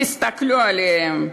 תסתכלו עליהם.